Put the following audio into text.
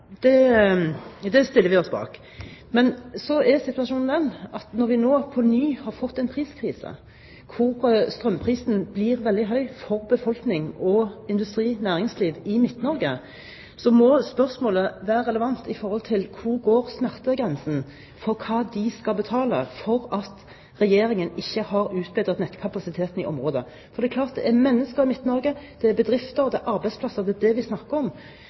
konsesjon. Det stiller vi oss bak. Når situasjonen er den at vi nå på ny har fått en priskrise, hvor strømprisen er veldig høy for befolkningen, industrien og næringslivet i Midt-Norge, må et relevant spørsmål være: Hvor går smertegrensen for hva de skal betale fordi Regjeringen ikke har utbedret nettkapasiteten i området? For det er mennesker i Midt-Norge, det er bedrifter, og det er arbeidsplasser vi snakker om.